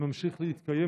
ממשיכות להתקיים?